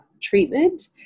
treatment